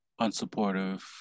unsupportive